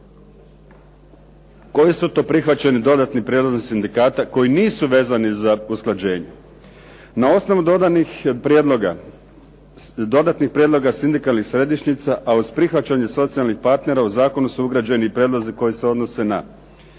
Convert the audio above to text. Koji su to prihvaćeni dodatni prijedlozi sindikata, koji nisu vezani za usklađenje? Na osnovu dodanih prijedloga, dodatnih prijedloga sindikalnih središnjica, a uz prihvaćanje socijalnih partnera u zakonu su ugrađeni i prijedlozi koji se odnose na